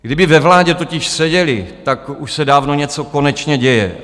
Kdyby ve vládě totiž seděli, tak už se dávno něco konečně děje.